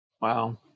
Wow